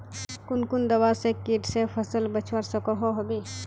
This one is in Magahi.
कुन कुन दवा से किट से फसल बचवा सकोहो होबे?